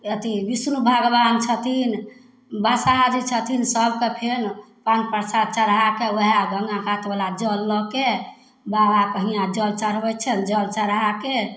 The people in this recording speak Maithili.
अथी विष्णु भगवान छथिन बसहाजी छथिन सभके फेर पान परसाद चढ़ैके वएह गङ्गाकातवला जल लऽके बाबाके हिआँ जल चढ़बै छनि जल चढ़ाके